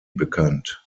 bekannt